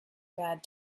bad